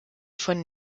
von